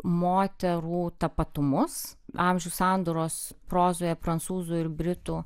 moterų tapatumus amžių sandūros prozoje prancūzų ir britų